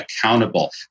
accountable